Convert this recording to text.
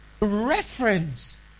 reference